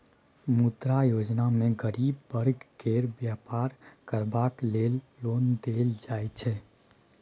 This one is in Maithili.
मुद्रा योजना मे गरीब बर्ग केँ बेपार करबाक लेल लोन देल जाइ छै